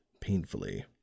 painfully